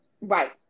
right